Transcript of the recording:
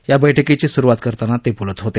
या बैठकीची सुरुवात करताना ते बोलत होते